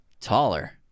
Taller